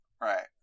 Right